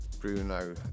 Bruno